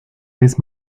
vez